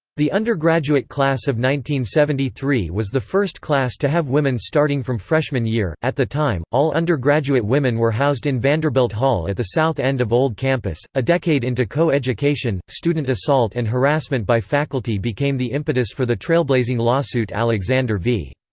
the undergraduate class of one thousand three was the first class to have women starting from freshman year at the time, all undergraduate women were housed in vanderbilt hall at the south end of old campus a decade into co-education, student assault and harassment by faculty became the impetus for the trailblazing lawsuit alexander v.